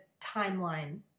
timeline